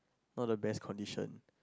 not the best condition